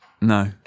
no